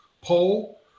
poll